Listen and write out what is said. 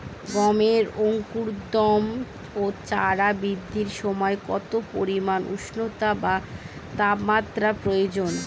গমের অঙ্কুরোদগম ও চারা বৃদ্ধির সময় কত পরিমান উষ্ণতা বা তাপমাত্রা প্রয়োজন?